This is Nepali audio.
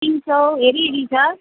तिन सय हेरी हेरी छ